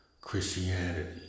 Christianity